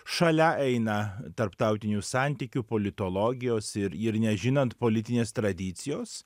šalia eina tarptautinių santykių politologijos ir ir nežinant politinės tradicijos